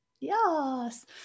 Yes